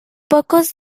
pocos